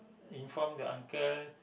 inform the uncle